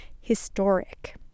historic